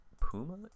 puma